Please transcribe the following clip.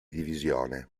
divisione